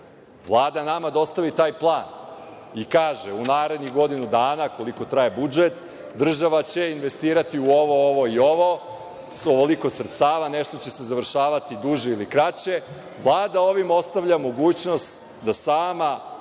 Vlada nama dostavi taj plan i kaže – u narednih godinu dana, koliko traje budžet, država će investirati u ovo, ovo i ovo, ovoliko sredstava, nešto će se završavati duže ili kraće, Vlada ovim ostavlja mogućnost da sama